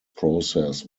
process